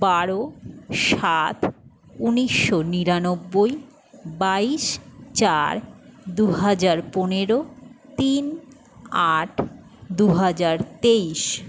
বারো সাত উনিশশো নিরানব্বই বাইশ চার দু হাজার পনেরো তিন আট দু হাজার তেইশ